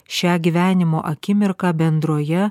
šią gyvenimo akimirką bendroje